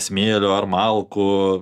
smėlio ar malkų